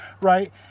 Right